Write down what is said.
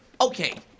Okay